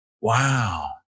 Wow